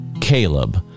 Caleb